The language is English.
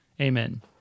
Amen